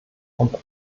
und